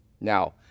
now